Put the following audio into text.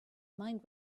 mind